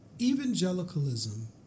evangelicalism